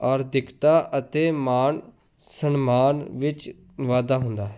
ਆਰਥਿਕਤਾ ਅਤੇ ਮਾਨ ਸਨਮਾਨ ਵਿੱਚ ਵਾਧਾ ਹੁੰਦਾ ਹੈ